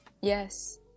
Yes